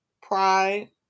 pride